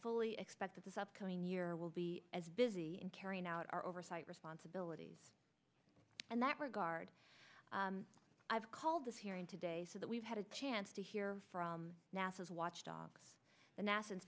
fully expect that this upcoming year will be as busy in carrying out our oversight responsibilities and that regard i've called this hearing today so that we've had a chance to hear from nasa's watchdogs